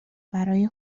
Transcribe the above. برای